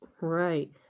right